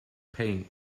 paint